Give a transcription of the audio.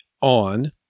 on